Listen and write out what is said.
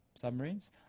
submarines